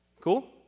Cool